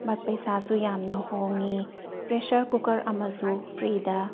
ꯄꯩꯁꯥꯁꯨ ꯌꯥꯝꯅ ꯍꯣꯡꯏ ꯄ꯭ꯔꯦꯁꯔ ꯀꯨꯀꯔ ꯑꯃꯁꯨ ꯐ꯭ꯔꯤꯗ